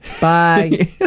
Bye